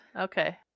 Okay